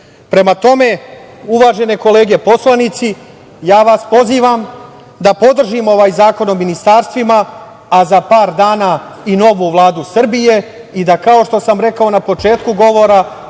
tome, uvažene kolege poslanici, pozivam vas da podržimo ovaj Zakon o ministarstvima, a za par dana i novu Vladu Srbije i da, kao što sam rekao na početku govora,